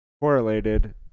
correlated